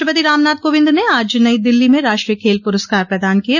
राष्ट्रपति रामनाथ कोविन्द ने आज नई दिल्ली में राष्ट्रीय खेल प्रस्कार प्रदान किये